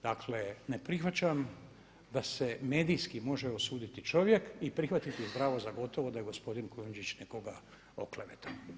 Dakle, ne prihvaćam da se medijski može osuditi čovjek i prihvatiti zdravo za gotovo da je gospodin Kujundžić nekoga oklevetao.